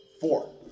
Four